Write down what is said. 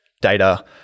data